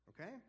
Okay